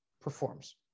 performs